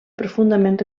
profundament